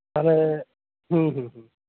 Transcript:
ᱛᱟᱦᱞᱮ ᱦᱮᱸ ᱦᱮᱸ